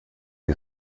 die